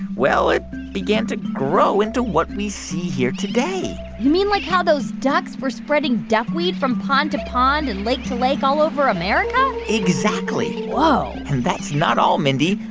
well, it began to grow into what we see here today you mean like how those ducks were spreading duckweed from pond to pond and lake to lake all over america? exactly whoa and that's not all, mindy.